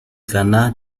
ghana